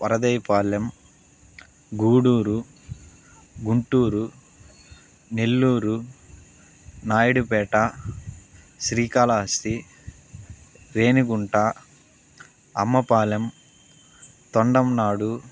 Varadaipalem Gudur Guntur Nellore Naidupeta Srikalahasti Renigunta Ammapalem Tondamanadu